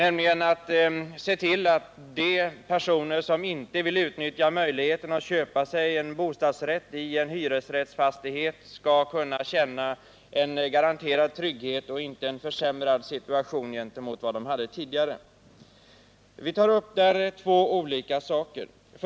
Vi vill se till att de personer som inte vill utnyttja möjligheten att köpa sig en bostadsrätt i en hyresrättsfastighet skall kunna känna en garanierad trygghet och inte få en försämrad situation jämfört med den de hade tidigare. Vi tar upp två olika saker.